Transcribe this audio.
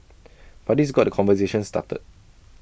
but this got the conversation started